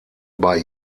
bei